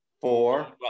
four